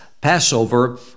Passover